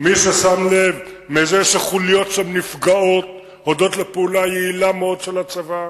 מי ששם לב מזהה שחוליות שם נפגעות הודות לפעולה היעילה מאוד של הצבא,